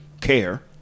care